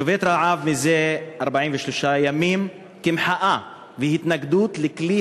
שובת רעב זה 43 ימים כמחאה והתנגדות לכלי